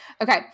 Okay